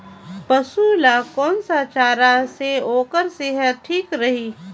पशु ला कोन स चारा से ओकर सेहत ठीक रही?